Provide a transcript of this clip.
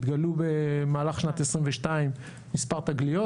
התגלו במהלך שנת 2022 מספר תגליות